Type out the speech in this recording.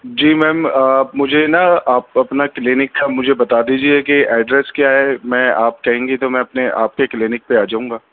جی ma'am مجھے نا آپ اپنا کلینک کا مجھے بتا دیجیے کہ ایڈریس کیا ہے میں آپ کہیں گی تو میں اپنے آپ کے کلینک پہ آ جاؤں گا